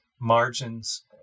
margins